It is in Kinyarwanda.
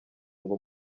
ngo